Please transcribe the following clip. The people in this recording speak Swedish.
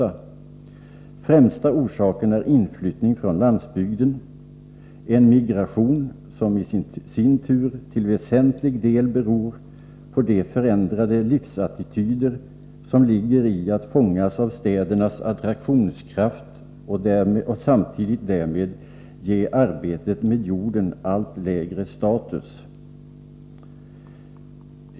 Den främsta orsaken är inflyttning från landsbygden, en migration som i sin tur till väsentlig del beror på de förändrade livsattityder som ligger i att man fångas av städernas attraktionskraft och som samtidigt därmed ger arbetet med jorden en allt lägre status.